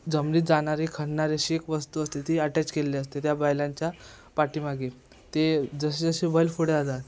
जमिनीत जाणारी खणणारी अशी एक वस्तू असते ती अटॅच केलेली असते त्या बैलांच्या पाठीमागे ते जसे जसे बैल पुढे आतात